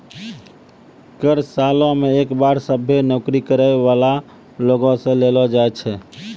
कर सालो मे एक बार सभ्भे नौकरी करै बाला लोगो से लेलो जाय छै